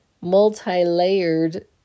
multi-layered